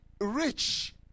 rich